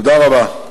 תודה רבה.